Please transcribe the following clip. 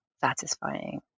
satisfying